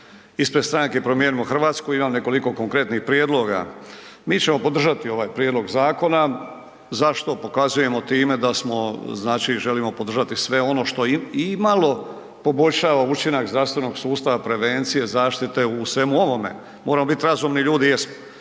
Ispred Stranke Promijenimo Hrvatsku imam nekoliko konkretnih prijedloga. Mi ćemo podržati ovaj prijedlog zakona. Zašto? Pokazujemo time da smo, znači želimo podržati sve ono što imalo poboljšava učinak zdravstvenog sustava, prevencije, zaštite u svemu ovome, moramo bit razumni ljudi.